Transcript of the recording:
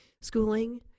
schooling